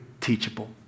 teachable